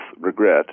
regret